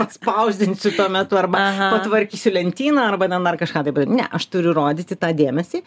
atspausdinsiu tuo metu arba patvarkysiu lentyną arba ten dar kažką taip ne aš turiu rodyti tą dėmesį